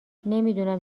نمیدونم